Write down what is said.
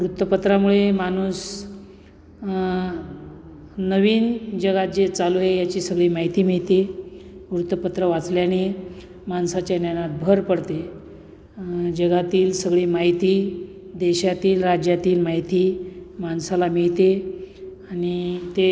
वृत्तपत्रामुळे माणूस नवीन जगात जे चालू आहे याची सगळी माहिती मिळते वृत्तपत्र वाचल्याने माणसाच्या ज्ञानात भर पडते जगातील सगळी माहिती देशातील राज्यातील माहिती माणसाला मिळते आणि ते